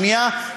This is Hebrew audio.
השנייה,